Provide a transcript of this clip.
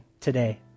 today